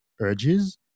urges